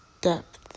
depth